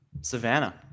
Savannah